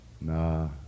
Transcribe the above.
Nah